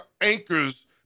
anchors